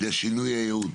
לשינוי הייעוד.